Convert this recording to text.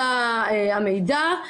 המידע,